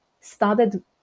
started